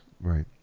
Right